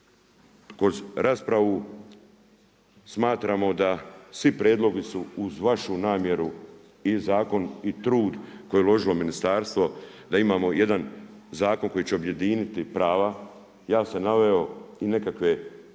kroz raspravu smatramo da svi prijedlozi su uz vašu namjeru i zakon i trud koji je uložilo ministarstvo da imamo jedan zakon koji će objediniti prava. Ja sam naveo i nekakve primjedbe